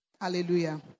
Hallelujah